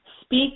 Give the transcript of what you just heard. speak